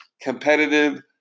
competitive